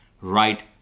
right